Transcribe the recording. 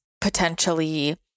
potentially